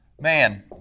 man